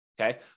okay